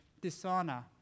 dishonor